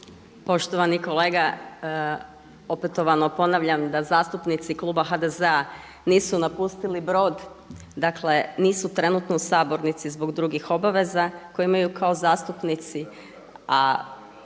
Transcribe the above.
Poštovani kolega, opetovano ponavljam da zastupnici kluba HDZ-a nisu napustili brod, dakle nisu trenutno u sabornici zbog drugih obaveza koje imaju kao zastupnici.